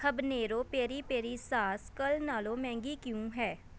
habanero peri peri sauce ਕੱਲ੍ਹ ਨਾਲੋਂ ਮਹਿੰਗੀ ਕਿਉਂ ਹੈ